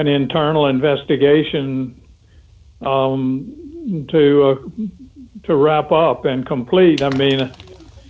an internal investigation to to wrap up and complete i mean